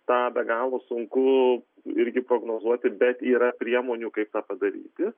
tą be galo sunku irgi prognozuoti bet yra priemonių kaip tą padaryti